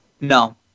No